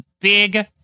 big